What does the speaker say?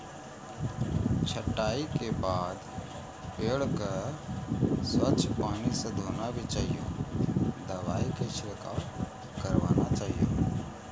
छंटाई के बाद पेड़ क स्वच्छ पानी स धोना भी चाहियो, दवाई के छिड़काव करवाना चाहियो